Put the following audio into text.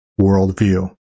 Worldview